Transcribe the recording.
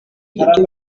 ibyo